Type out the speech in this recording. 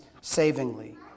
savingly